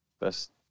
best